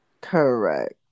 Correct